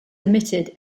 omitted